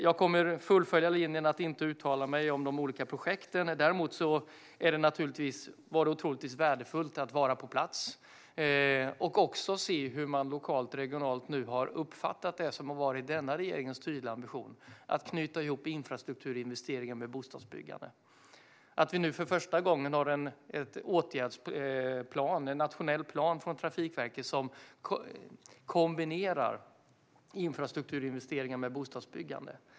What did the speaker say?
Jag kommer att fullfölja linjen att inte uttala mig om de olika projekten. Däremot var det otroligt värdefullt att vara på plats och se hur man lokalt och regionalt nu har uppfattat det som varit denna regerings tydliga ambition att knyta ihop infrastrukturinvesteringar med bostadsbyggande. Vi har nu för första gången en åtgärdsplan, en nationell plan från Trafikverket som kombinerar infrastrukturinvesteringar med bostadsbyggande.